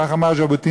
כך אמר ז'בוטינסקי.